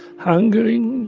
hungry.